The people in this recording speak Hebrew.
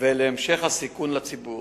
להמשך הסיכון לציבור.